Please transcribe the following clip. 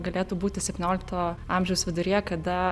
galėtų būti septyniolikto amžiaus viduryje kada